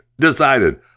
decided